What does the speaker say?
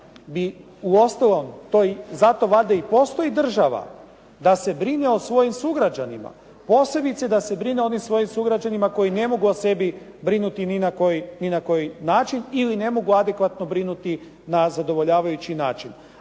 bi uostalom, zato valjda i postoji država da se brine o svojim sugrađanima, posebice da se brine o onim svojim sugrađanima koji ne mogu o sebi brinuti ni na koji način ili ne mogu adekvatno brinuti na zadovoljavajući način.